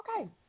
okay